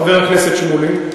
חבר הכנסת שמולי,